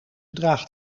draagt